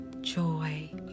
joy